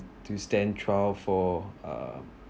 to stand trial for uh